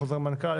חוזר מנכ"ל,